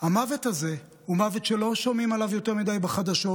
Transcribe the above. המוות הזה הוא מוות שלא שומעים עליו יותר מדי בחדשות.